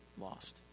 lost